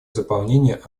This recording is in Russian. заполнения